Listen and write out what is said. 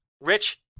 rich